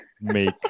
make